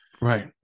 Right